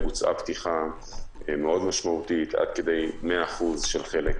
בוצעה פתיחה מאוד משמעותית, עד כדי 100% של חלק